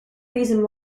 reason